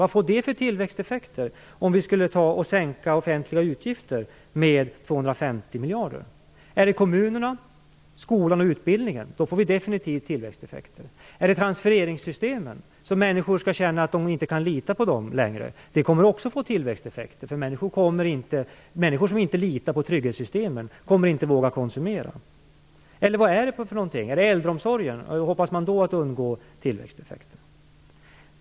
Vad skulle det få för tillväxteffekter om vi sänkte offentliga utgifter med 250 miljarder? Om pengarna tas från kommunerna, skolan och utbildningen, får det definitivt tillväxteffekter. Om pengarna tas från transfereringssystemen, så att människor känner att de inte längre kan lita på dem, får det också tillväxteffekter. Människor som inte litar på trygghetssystemen kommer nämligen inte att våga konsumera. Varifrån skall pengarna annars tas? Är det från äldreomsorgen? Hoppas man att därigenom uppnå en tillväxteffekt?